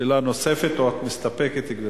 שאלה נוספת או שאת מסתפקת, גברתי?